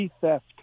theft